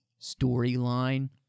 storyline